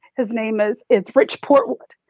his name is it's rich portwood.